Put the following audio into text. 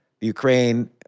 Ukraine